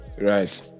right